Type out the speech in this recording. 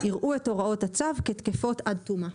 יראו את הוראות הצו כתקפות עד תומה.